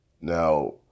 Now